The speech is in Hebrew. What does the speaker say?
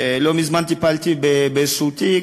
לא מזמן טיפלתי באיזה תיק,